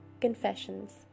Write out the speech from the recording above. Confessions